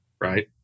Right